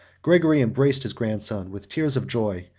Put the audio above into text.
gregory embraced his grandson with tears of joy,